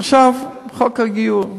עכשיו חוק הגיור.